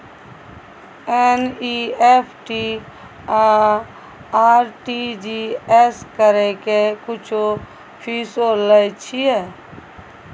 NEFT आ RTGS करै के कुछो फीसो लय छियै?